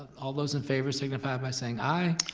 all those in favor signify by saying aye?